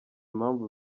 impamvu